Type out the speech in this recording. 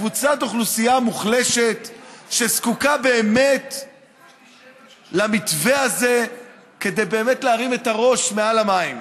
קבוצת אוכלוסייה מוחלשת שזקוקה למתווה הזה כדי להרים את הראש מעל המים.